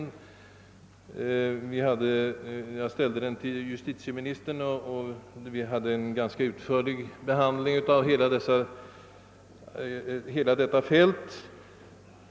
Jag hade riktat min interpellation till justitieministern, och vi behandlade då ganska utförligt hela detta problemfält.